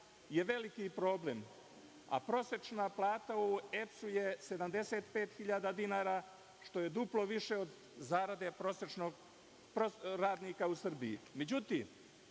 je veliki problem, a prosečna plata u EPS-u je 75 hiljada dinara, što je duplo više od prosečnog radnika u Srbiji. Međutim,